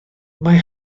mae